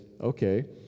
okay